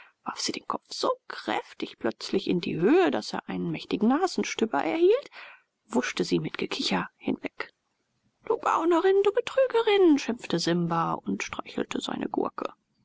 warf sie den kopf so kräftig plötzlich in die höhe daß er einen mächtigen nasenstüber erhielt wutschte sie mit gekicher hinweg du gaunerin du betrügerin schimpfte simba und streichelte seine gurke